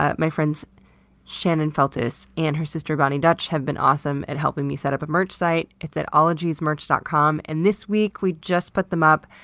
my friends shannon feltus and her sister boni dutch have been awesome at helping me set up a merch site. it's at ologiesmerch dot com, and this week we just put them up,